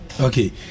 Okay